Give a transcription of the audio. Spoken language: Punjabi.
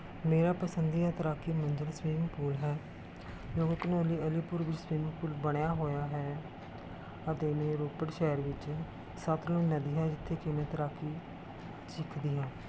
ਮੇਰਾ ਪਸੰਦੀਦਾ ਤੈਰਾਕੀ ਮੰਜ਼ਿਲ ਸਵਿਮਿੰਗ ਪੂਲ ਹੈ ਜੋ ਕਿ ਘਨੋਲੀ ਅਲੀਪੁਰ ਵਿੱਚ ਸਵਿਮਿੰਗ ਪੂਲ ਬਣਿਆ ਹੋਇਆ ਹੈ ਅਤੇ ਮੇਰੇ ਰੋਪੜ ਸ਼ਹਿਰ ਵਿੱਚ ਸਤਲੁਜ ਨਦੀ ਹੈ ਜਿੱਥੇ ਕਿ ਮੈਂ ਤੈਰਾਕੀ ਸਿੱਖਦੀ ਹਾਂ